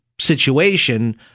situation